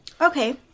Okay